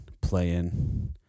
playing